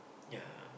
yeah